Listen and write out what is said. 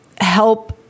help